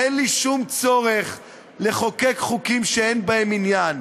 אין לי שום צורך לחוקק חוקים שאין בהם עניין.